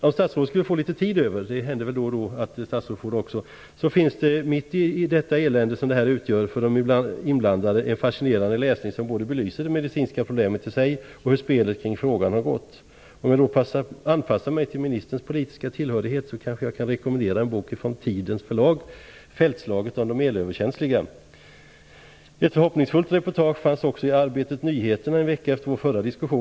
Om statsrådet skulle få litet tid över - det händer väl då och då att statsrådet får det också - finns det mitt i det elände som detta utgör för de inblandande en fascinerande läsning som både belyser det medicinska problemet i sig och hur spelet kring frågan har gått. Om jag då anpassar mig till ministerns politiska tillhörighet kan jag kanske få rekommendera en bok från Tidens förlag, Fältslaget om de elöverkänsliga. Det fanns också ett förhoppningsfullt reportage i Arbetet Nyheterna en vecka efter vår förra diskussion.